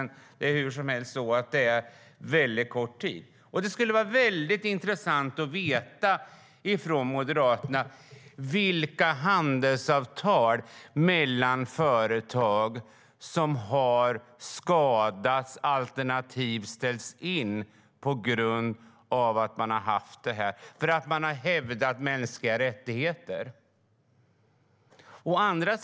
Hur som helst var det kort tid. Det skulle vara intressant att få veta från Moderaterna vilka handelsavtal mellan företag som har skadats alternativt ställts in på grund av detta debacle, för att man har hävdat mänskliga rättigheter.